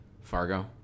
Fargo